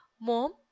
Mom